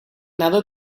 nadó